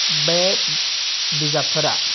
बे बिजाबफोरा